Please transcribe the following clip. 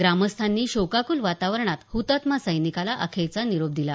ग्रामस्थांनी शोकाकूल वातावरणात हतात्मा सैनिकाला अखेरचा निरोप दिला